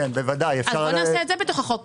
אז בואו נעשה את זה בחוק.